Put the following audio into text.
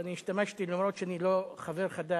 ואני השתמשתי אף שאני לא חבר חד"ש,